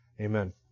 Amen